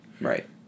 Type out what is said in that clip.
Right